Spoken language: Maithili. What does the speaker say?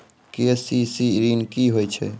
के.सी.सी ॠन की होय छै?